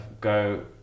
go